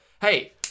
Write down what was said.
hey